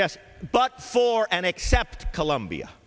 yes but for an except colombia